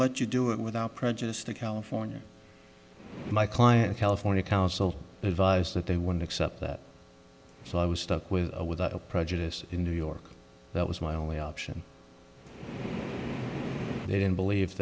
let you do it without prejudice to california my client california counsel advised that they want except that so i was stuck with without a prejudice in new york that was my only option they didn't believe